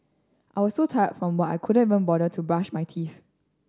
I was so tired from work I couldn't even bother to brush my teeth